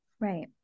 Right